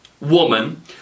woman